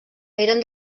eren